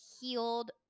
healed